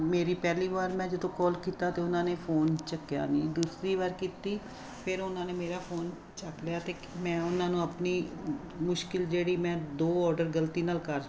ਮੇਰੀ ਪਹਿਲੀ ਵਾਰ ਮੈਂ ਜਦੋਂ ਕਾਲ ਕੀਤਾ ਤਾਂ ਉਹਨਾਂ ਨੇ ਫੋਨ ਚੱਕਿਆ ਨਹੀਂ ਦੂਸਰੀ ਵਾਰ ਕੀਤੀ ਫਿਰ ਉਹਨਾਂ ਨੇ ਮੇਰਾ ਫੋਨ ਚੱਕ ਲਿਆ ਅਤੇ ਮੈਂ ਉਹਨਾਂ ਨੂੰ ਆਪਣੀ ਮੁਸ਼ਕਿਲ ਜਿਹੜੀ ਮੈਂ ਦੋ ਓਡਰ ਗਲਤੀ ਨਾਲ ਕਰ